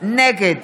נגד